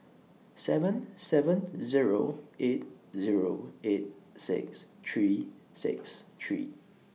seven seven Zero eight Zero eight six three six three